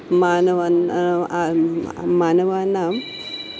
मानवान् मानवानां